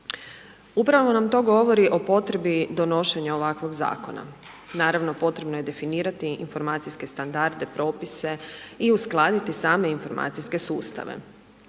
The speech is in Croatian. Upravo nam to govori o potrebi donošenja ovakvog zakona. Naravno, potrebno je definirati informacijske standarde i propise i uskladiti same informacijske sustave.